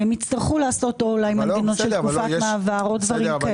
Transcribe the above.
הם יצטרכו לעשות או תקופת מעבר או דברים כאלה.